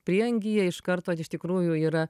prieangyje iš karto iš tikrųjų yra